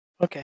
Okay